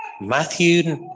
Matthew